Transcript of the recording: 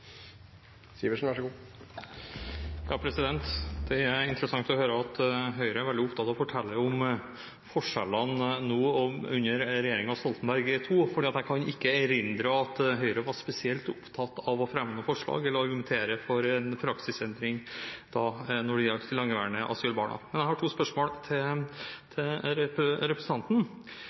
veldig opptatt av å fortelle om forskjellene nå og under regjeringen Stoltenberg II, for jeg kan ikke erindre at Høyre var spesielt opptatt av å fremme noe forslag eller argumentere for en praksisendring da når det gjaldt lengeværende asylbarn. Men jeg har to spørsmål til representanten. Det ene er utløst av replikken fra representanten